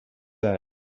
said